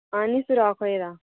हां निं सुराख होई गेदा